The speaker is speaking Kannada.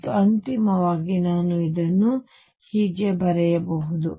ಮತ್ತು ಅಂತಿಮವಾಗಿ ನಾನು ಇದನ್ನು ಹೀಗೆ ಬರೆಯಬಹುದು